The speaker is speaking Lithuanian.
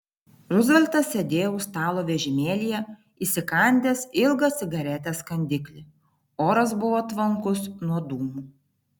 ruzveltas sėdėjo už stalo vežimėlyje įsikandęs ilgą cigaretės kandiklį oras buvo tvankus nuo dūmų